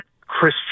Chris